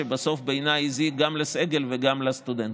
שבסוף בעיניי הזיק גם לסגל וגם לסטודנטים.